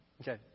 Okay